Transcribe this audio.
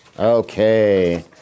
Okay